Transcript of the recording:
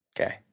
Okay